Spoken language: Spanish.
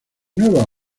nuevas